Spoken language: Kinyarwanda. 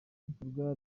bikorwa